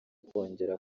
kongera